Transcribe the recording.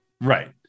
Right